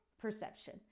perception